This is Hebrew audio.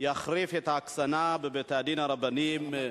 יחריף את ההקצנה בבתי-הדין הרבניים.